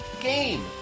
game